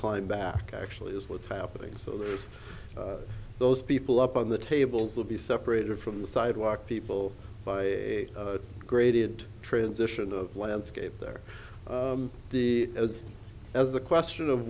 climb back actually is what's happening so there's those people up on the tables will be separated from the sidewalk people by a graded transition of landscape there the as as the question of